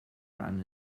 around